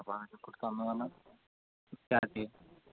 തന്നു പറഞ്ഞാൽ സ്റ്റാർട്ട് ചെയ്യാം